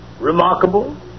remarkable